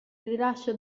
rilascio